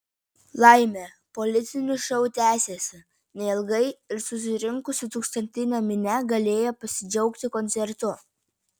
laimė politinis šou tęsėsi neilgai ir susirinkusi tūkstantinė minia galėjo pasidžiaugti koncertu